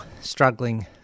struggling